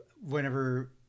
whenever